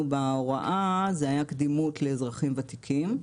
בהוראה היה קדימות לאזרחים ותיקים.